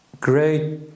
great